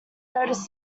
notice